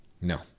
No